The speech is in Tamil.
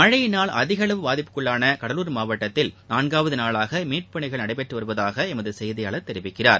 மழையினால் அதிகளவு பாதிப்புக்குள்ளான கடலூர் மாவட்டத்தில் நான்காவது நாளாக மீட்புப் பணிகள் நடைபெற்று வருவதாக எமது செய்தியாளர் தெரிவிக்கிறார்